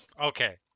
okay